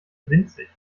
winzig